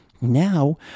Now